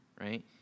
right